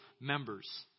members